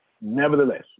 Nevertheless